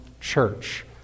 church